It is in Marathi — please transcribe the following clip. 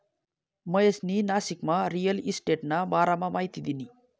महेशनी नाशिकमा रिअल इशटेटना बारामा माहिती दिनी